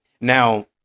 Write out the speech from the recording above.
Now